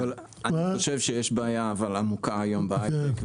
אבל אני חושב שיש היום בעיה עמוקה בהייטק,